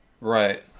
Right